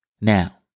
Now